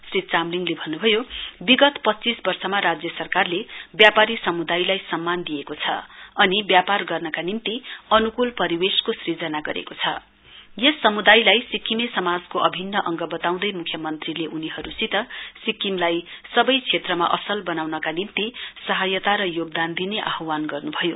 श्री चामलिङले भन्नुभयो विगत पच्चीस वर्ष राज्य सरकारले व्यापारी समुदायलाई सम्मान दिएको छ अनि व्यापार गर्नका निम्ति अन्कूल परिवेशको सूजना गरेको छ यस सम्दयलाई सिक्किमे सम्माजको अभिन्न अंग बताउँदै म्ख्यमन्त्रीले उनीहरुसित सिक्किमलाई सबै क्षेत्रमा असल वनाउनका निम्ति सहयाता र योगदान दिने आहवान गर्नुभयो